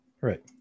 right